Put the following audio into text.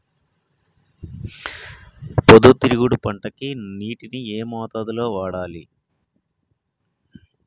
పొద్దుతిరుగుడు పంటకి నీటిని ఏ మోతాదు లో వాడాలి?